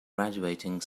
graduating